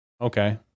Okay